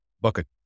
bucket